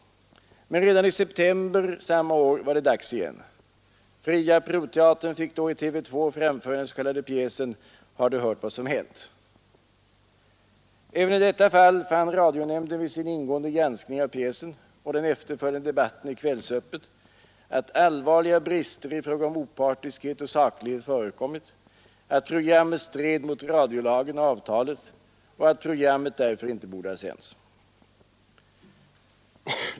Men redan i september samma år var det dags igen, Fria Proteatern fick då i TV 2 framföra den s.k. pjäsen ”Har Du hört vad som hänt? ”. Även i detta fall fann radionämnden vid sin ingående granskning av pjäsen och den efterföljande debatten i ”Kvällsöppet” att allvarliga brister i fråga om opartiskhet och saklighet förekommit, att programmet stred mot radiolagen och avtalet och att programmet därför inte borde ha sänts.